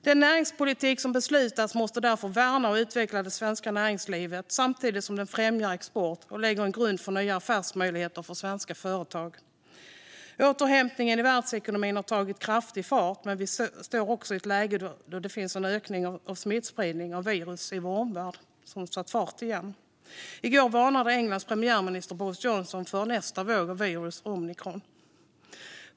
Den näringspolitik som beslutas måste därför värna och utveckla det svenska näringslivet, samtidigt som den främjar export och lägger en grund för nya affärsmöjligheter för svenska företag. Återhämtningen i världsekonomin har tagit kraftig fart, men vi står också i ett läge där ökningen av smittspridningen av virus har tagit fart igen i vår omvärld. I går varnade Englands premiärminister Boris Johnson för nästa våg av virus: omikron.